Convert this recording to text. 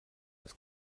das